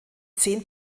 zehn